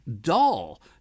dull